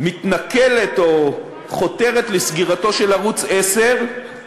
מתנכלת או חותרת לסגירתו של ערוץ 10,